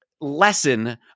lesson